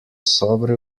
sobre